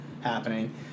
happening